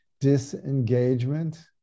disengagement